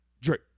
Drake